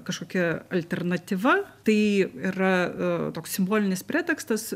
kažkokia alternatyva tai yra toks simbolinis pretekstas